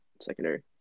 secondary